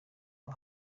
aba